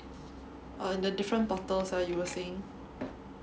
err the different portals err you were saying